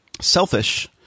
selfish